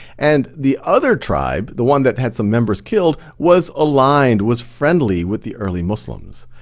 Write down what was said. and the other tribe, the one that had some members killed, was aligned, was friendly with the early muslims.